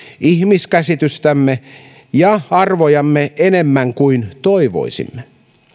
ihmiskäsitystämme ja arvojamme enemmän kuin toivoisimme